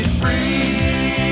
free